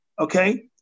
okay